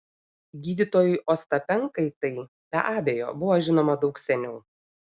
gydytojui ostapenkai tai be abejo buvo žinoma daug seniau